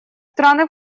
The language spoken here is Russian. страны